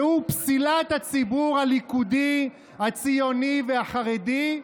והוא פסילת הציבור הליכודי, הציוני והחרדי,